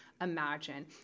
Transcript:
Imagine